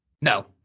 No